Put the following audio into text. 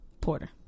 Porter